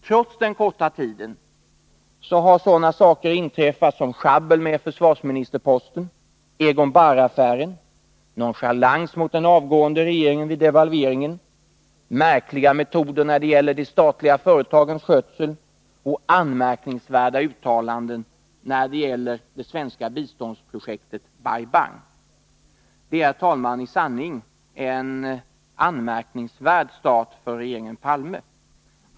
Trots den korta tiden har det hunnit inträffa sådana saker som sjabbel med försvarsministerposten, Egon Bahr-affären, nonchalans mot den avgående regeringen vid devalveringen, märkliga metoder när det gäller de statliga företagens skötsel och anmärkningsvärda uttalanden om det svenska biståndsprojektet Bai Bang. Det är, herr talman, i sanning en anmärkningsvärd start för regeringen Palme.